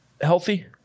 healthy